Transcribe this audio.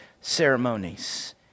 ceremonies